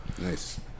nice